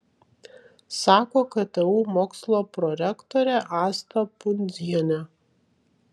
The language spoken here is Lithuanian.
sako ktu mokslo prorektorė asta pundzienė